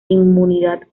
inmunidad